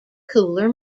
cooler